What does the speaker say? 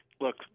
look